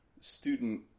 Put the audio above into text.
student